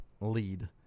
lead